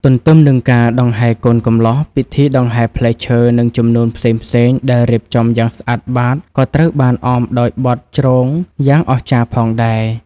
ទន្ទឹមនឹងការដង្ហែកូនកំលោះ ពិធីដង្ហែផ្លែឈើ និងជំនូនផ្សេងៗដែលរៀបចំយ៉ាងស្អាតបាត ក៏ត្រូវបានអមដោយបទ ជ្រង យ៉ាងអស្ចារ្យផងដែរ។